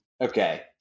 okay